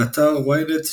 באתר ynet,